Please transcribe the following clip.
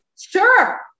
Sure